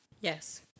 Yes